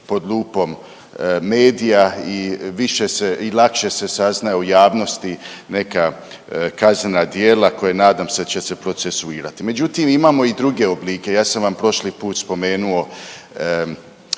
pod lupom medija i više se i lakše se saznaje u javnosti neka kaznena djela koja nadam se da će se procesuirati. Međutim, imamo i druge oblike. Ja sam vam prošli put spomenuo